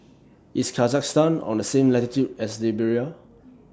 IS Kazakhstan on The same latitude as Liberia